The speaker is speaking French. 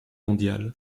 mondiale